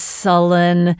sullen